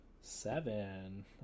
Seven